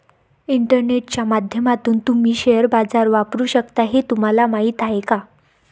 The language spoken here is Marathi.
इंटरनेटच्या माध्यमातून तुम्ही शेअर बाजार वापरू शकता हे तुम्हाला माहीत आहे का?